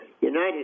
United